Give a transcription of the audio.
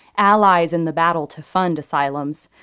allies in the battle to fund asylums.